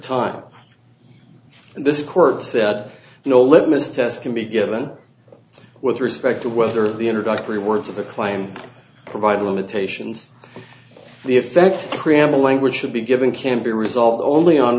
and this court said no litmus test can be given with respect to whether the introductory words of a claim provide limitations the effect preamble language should be given can be result only on